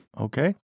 Okay